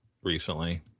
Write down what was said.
recently